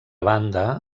banda